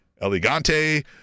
elegante